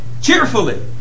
cheerfully